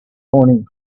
morning